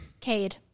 Cade